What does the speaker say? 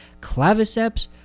claviceps